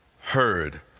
heard